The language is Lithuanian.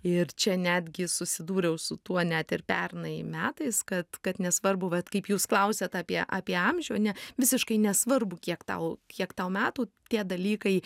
ir čia netgi susidūriau su tuo net ir pernai metais kad kad nesvarbu vat kaip jūs klausiat apie apie amžių ne visiškai nesvarbu kiek tau kiek tau metų tie dalykai